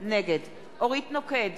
נגד אורית נוקד,